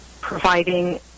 providing